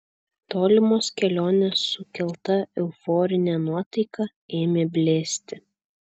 tolimos kelionės sukelta euforinė nuotaika ėmė blėsti